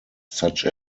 such